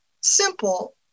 simple